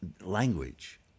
Language